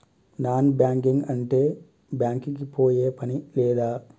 Non banking అంటే bank కి పోయే పని లేదా?